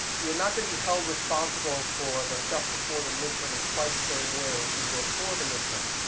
you are not going to be held responsible for the stuff before the midterm in quite the same way that you were for the midterm.